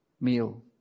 meal